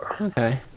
Okay